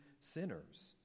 sinners